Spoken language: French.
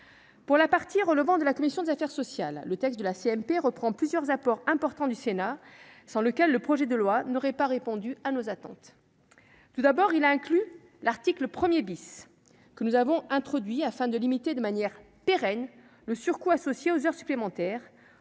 Pour la partie relevant de la commission des affaires sociales, le texte de la commission mixte paritaire (CMP) reprend plusieurs apports importants du Sénat sans lesquels le projet de loi n'aurait pas répondu à nos attentes. Tout d'abord, il inclut l'article 1 , que nous avons introduit afin de limiter, de manière pérenne, le surcoût associé aux heures supplémentaires,